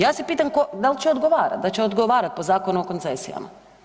Ja se pitam ko, dal će odgovorat, dal će odgovarat po Zakonu o koncesijama?